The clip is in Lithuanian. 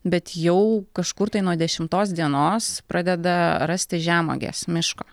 bet jau kažkur tai nuo dešimtos dienos pradeda rastis žemuogės miško